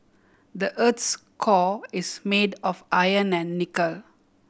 the earth's core is made of iron and nickel